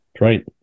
right